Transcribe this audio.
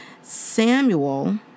Samuel